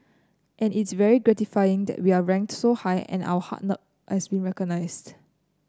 and it's very gratifying that we are ranked so high and our hard as been recognised